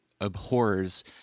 abhors